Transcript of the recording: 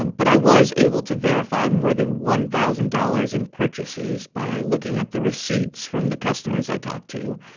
um but i was able to verify more than one thousand dollars in purchases by looking at the receipts from the customers i talked to.